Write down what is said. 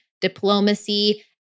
diplomacy